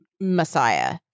messiah